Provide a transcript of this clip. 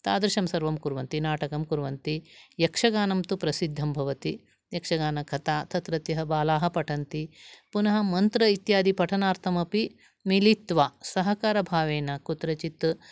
तादृशं सर्वं कुर्वन्ति नाटकं कुर्वन्ति यक्षगानं तु प्रसिद्धं भवति यक्षगानकथा तत्रत्यः बालाः पठन्ति पुनः मन्त्र इत्यादि पठनार्थं अपि मिलित्वा सहकारभावेन कुत्रचित्